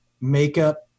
makeup